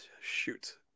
Shoot